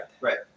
right